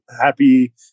happy